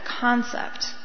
concept